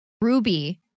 Ruby